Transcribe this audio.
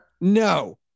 No